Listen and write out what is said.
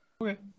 Okay